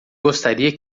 gostaria